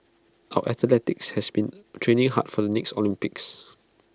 our athletes have been training hard for the next Olympics